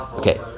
Okay